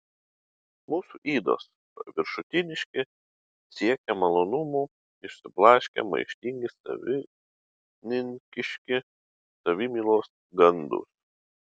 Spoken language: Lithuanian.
mūsų ydos paviršutiniški siekią malonumų išsiblaškę maištingi savininkiški savimylos kandūs